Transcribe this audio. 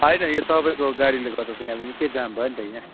होइन यो तपाईँको गाडीले गर्दा त यहाँ त निकै जाम भयो नि त यहाँ